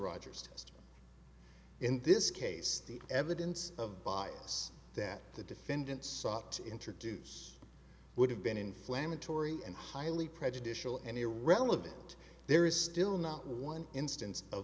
rogers as in this case the evidence of bias that the defendants sought to introduce would have been inflammatory and highly prejudicial and irrelevant there is still not one instance of